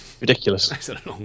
ridiculous